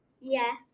Yes